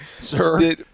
Sir